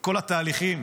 כל התהליכים